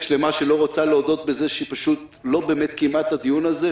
שלמה שלא רוצה להודות בכך שהיא פשוט לא באמת קיימה את הדיון הזה,